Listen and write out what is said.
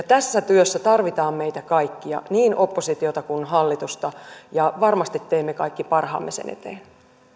tässä työssä tarvitaan meitä kaikkia niin oppositiota kuin hallitusta ja varmasti teemme kaikki parhaamme sen eteen